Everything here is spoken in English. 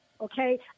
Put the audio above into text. okay